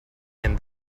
and